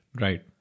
Right